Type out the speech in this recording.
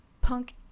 punk